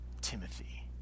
Timothy